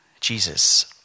Jesus